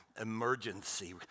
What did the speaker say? emergency